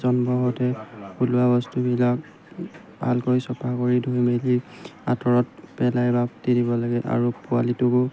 জন্ম হওঁতে ওলোৱা বস্তুবিলাক ভালকৈ চফা কৰি ধুই মেলি আঁতৰত পেলাই বাতি দিব লাগে আৰু পোৱালিটোকো